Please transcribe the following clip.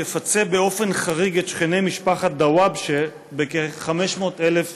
יפצה באופן חריג את שכני משפחת דוואבשה בכ-500,000 ש"ח.